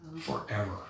Forever